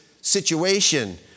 situation